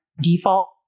default